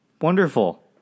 wonderful